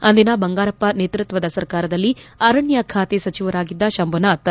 ಅಂದಿನ ಬಂಗಾರಪ್ಪ ನೇತೃತ್ವದ ಸರ್ಕಾರದಲ್ಲಿ ಅರಣ್ಯ ಖಾತೆ ಸಚಿವರಾಗಿದ್ದ ಶಂಭುನಾಥ್